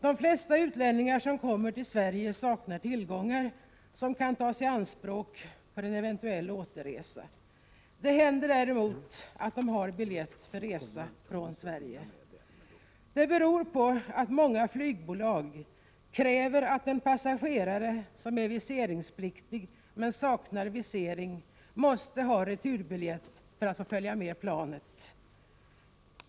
De flesta utlänningar som kommer till Sverige saknar tillgångar som kan tas i anspråk för eventuell återresa. Det händer däremot att de har biljett för resa från Sverige. Det beror på att många flygbolag kräver att en passagerare som är viseringspliktig men saknar visering skall ha returbiljett för att få följa med planet.